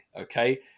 okay